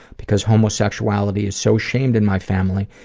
because homosexuality is so shamed in my family,